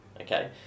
Okay